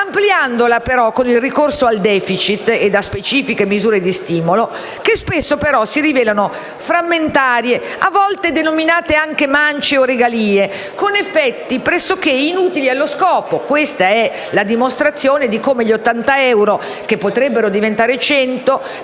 ampliandola però con il ricorso al *deficit* e a specifiche misure di stimolo che spesso, però, si rivelano frammentarie, a volte denominate anche mance o regalie, con effetti pressoché inutili allo scopo. Questa è la dimostrazione di come gli 80 euro, che potrebbero diventare 100,